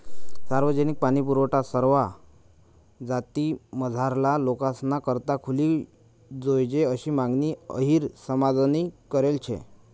सार्वजनिक पाणीपुरवठा सरवा जातीमझारला लोकेसना करता खुली जोयजे आशी मागणी अहिर समाजनी करेल शे